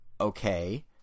okay